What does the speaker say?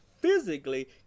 physically